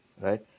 right